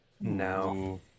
No